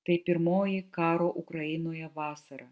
tai pirmoji karo ukrainoje vasara